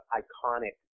iconic